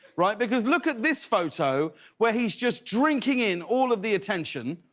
right. because look at this photo where he is just drinking in all of the attention.